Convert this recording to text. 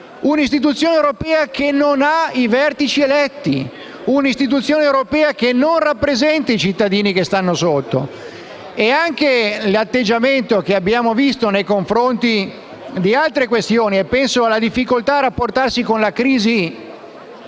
Un'istituzione europea che non ha i vertici eletti, un'istituzione europea che non rappresenta i cittadini che stanno sotto. Anche nei confronti di altre questioni, penso alla difficoltà a rapportarsi con la crisi della